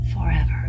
forever